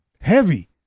Heavy